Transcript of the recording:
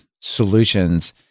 solutions